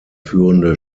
führende